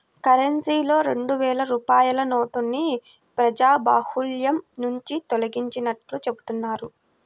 కరెన్సీలో రెండు వేల రూపాయల నోటుని ప్రజాబాహుల్యం నుంచి తొలగించినట్లు చెబుతున్నారు